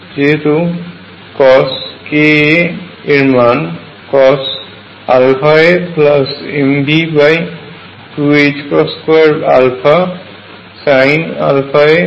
যেহেতু Coska এর মান CosαamV22α Sinαa হয়